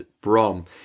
Brom